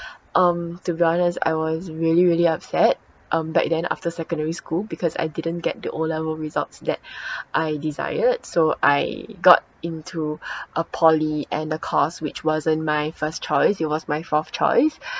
um to be honest I was really really upset um back then after secondary school because I didn't get the O level results that I desired so I got into a poly and a course which wasn't my first choice it was my fourth choice